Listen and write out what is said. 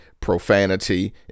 profanity